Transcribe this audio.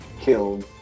killed